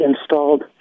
installed